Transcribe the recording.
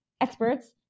experts